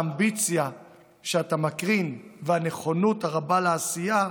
האמביציה שאתה מקרין והנכונות הרבה לעשייה,